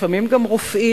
לפעמים גם רופאים,